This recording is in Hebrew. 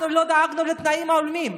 אנחנו לא דאגנו לחיים הולמים.